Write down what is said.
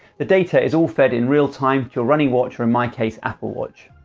the data is all fed in real time to your running watch or in my case apple watch.